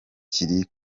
kiri